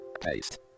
paste